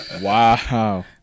Wow